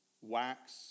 wax